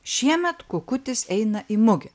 šiemet kukutis eina į mugę